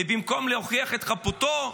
במקום להוכיח את חפותו,